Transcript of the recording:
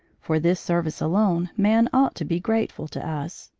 for this service alone man ought to be grateful to us,